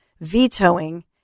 vetoing